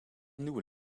nieuwe